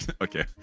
Okay